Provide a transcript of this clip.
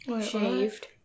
Shaved